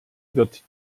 wird